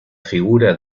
figura